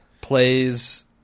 Plays